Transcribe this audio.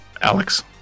Alex